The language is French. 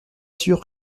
sûr